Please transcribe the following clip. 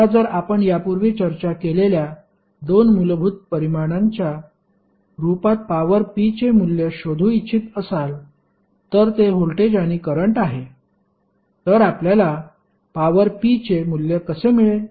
आता जर आपण यापूर्वी चर्चा केलेल्या दोन मूलभूत परिमाणांच्या रूपात पॉवर P चे मूल्य शोधू इच्छित असाल तर ते व्होल्टेज आणि करंट आहे तर आपल्याला पॉवर P चे मूल्य कसे मिळेल